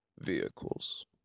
vehicles